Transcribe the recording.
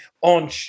on